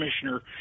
commissioner